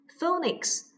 Phonics